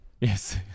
Yes